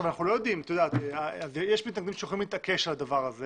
יש מתנגדים שיכולים להתעקש על הדבר הזה